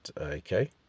Okay